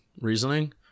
reasoning